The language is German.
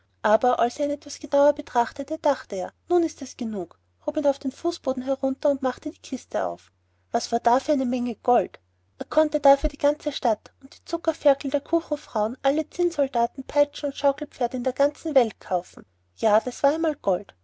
aber als er ihn etwas genauer betrachtet hatte dachte er nun ist es genug hob ihn auf den fußboden herunter und machte die kiste auf was war da für eine menge gold er konnte dafür die ganze stadt und die zuckerferkel der kuchenfrauen alle zinnsoldaten peitschen und schaukelpferde in der ganzen welt kaufen ja das war einmal gold